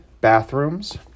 bathrooms